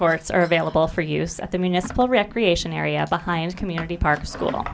courts are available for use at the municipal recreation area behind community park school